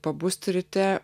pabusti ryte